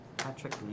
Patrick